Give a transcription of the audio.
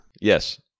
Yes